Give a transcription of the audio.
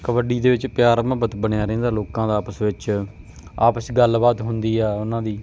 ਕਬੱਡੀ ਦੇ ਵਿੱਚ ਪਿਆਰ ਮੁਹੱਬਤ ਬਣਿਆ ਰਹਿੰਦਾ ਲੋਕਾਂ ਦਾ ਆਪਸ ਵਿੱਚ ਆਪਸ 'ਚ ਗੱਲਬਾਤ ਹੁੰਦੀ ਆ ਉਹਨਾਂ ਦੀ